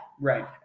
Right